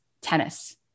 tennis